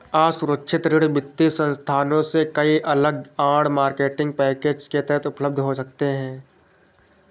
असुरक्षित ऋण वित्तीय संस्थानों से कई अलग आड़, मार्केटिंग पैकेज के तहत उपलब्ध हो सकते हैं